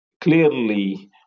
clearly